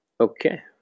Okay